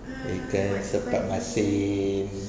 ikan sepat masin